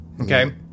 Okay